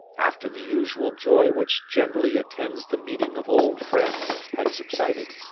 after the usual joy which generally attends the meeting of old friends had subsided,